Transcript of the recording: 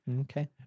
Okay